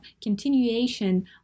continuation